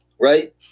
Right